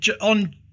on